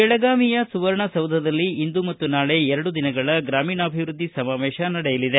ಬೆಳಗಾವಿಯ ಸುವರ್ಣಸೌಧದಲ್ಲಿ ಇಂದು ಮತ್ತು ನಾಳೆ ಎರಡು ದಿನಗಳ ಗ್ರಾಮೀಣಾಭಿವೃದ್ದಿ ಸಮಾವೇಶ ನಡೆಯಲಿದೆ